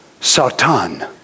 Satan